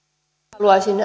haluaisin